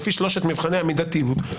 לפי שלושת מבחני המידתיות,